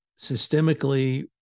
systemically